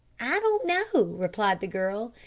i don't know, replied the girl.